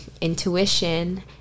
intuition